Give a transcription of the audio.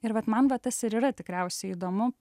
ir vat man va tas ir yra tikriausiai įdomu